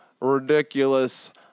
Ridiculous